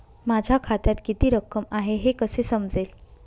माझ्या खात्यात किती रक्कम आहे हे कसे समजेल?